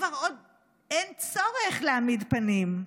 כבר אין עוד צורך להעמיד פנים,